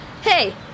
Hey